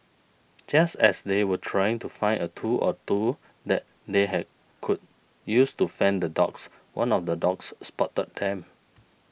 just as they were trying to find a tool or two that they had could use to fend off the dogs one of the dogs spotted them